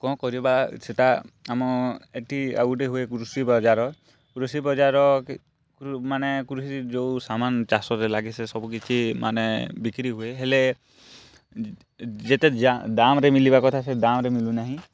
କ'ଣ କରିବା ସେଇଟା ଆମ ଏଇଠି ଆଉ ଗୋଟେ ହୁଏ କୃଷି ବଜ଼ାର କୃଷି ବଜ଼ାର ମାନେ କୃଷି ଯେଉଁ ସାମାନ ଚାଷରେ ଲାଗି ସବୁମାନେ କିଛି ବିକ୍ରୀହୁଏ ଯେତେ ଦାମରେ ମିଳିବା କଥା ସେତିକି ଦାମରେ ମିଳୁନାହିଁ